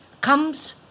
comes